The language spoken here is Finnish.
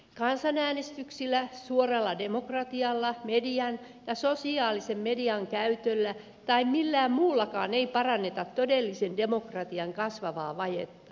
kansanäänestyksillä suoralla demokratialla median ja sosiaalisen median käytöllä tai millään muullakaan ei paranneta todellisen demokratian kasvavaa vajetta